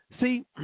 See